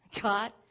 God